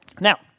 Now